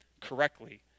correctly